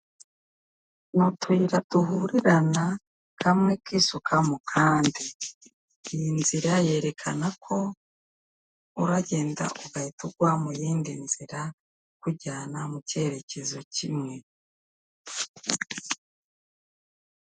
Ni utuyira duhurirana kamwe k'isuka mu kandi iyi nzira yerekana ko uragenda ugahita ugwa mu yindi nzira ikujyana mu cyerekezo kimwe.